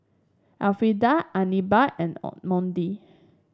Elfrieda Anibal and Monty